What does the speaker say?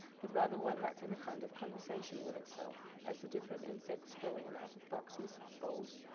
but rather one that's in a kind of conversation with itself as the different insects go in and out of boxes, bowls,